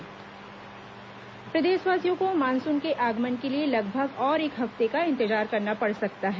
मौसम प्रदेशवासियों को मानसून के आगमन के लिए लगभग और एक हफ्ते का इंतजार करना पड़ सकता है